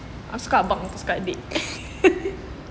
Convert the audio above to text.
kau suka abang ke suka adik